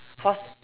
for